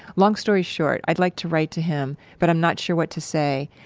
long story short, i'd like to write to him but i'm not sure what to say.